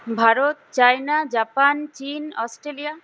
Bharat China Japan চীন Australia